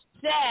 set